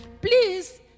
Please